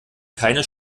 keine